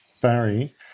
Barry